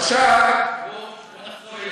עכשיו, בוא נחזור אליה.